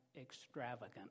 extravagant